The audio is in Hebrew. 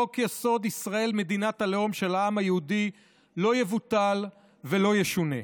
חוק-יסוד: ישראל מדינת הלאום של העם היהודי לא יבוטל ולא ישונה.